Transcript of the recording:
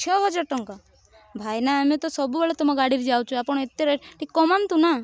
ଛଅ ହଜାର ଟଙ୍କା ଭାଇନା ଆମେ ତ ସବୁବେଳେ ତମ ଗାଡ଼ିରେ ଯାଉଛୁ ଆପଣ ଏତେ ରେଟ ଟିକେ କମାନ୍ତୁ ନା